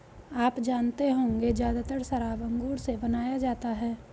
आप जानते होंगे ज़्यादातर शराब अंगूर से बनाया जाता है